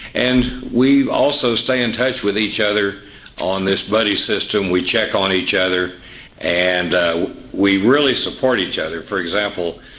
and we also stay in touch with each other on this buddy system we check on each other and ah we really support each other. for example,